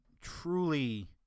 truly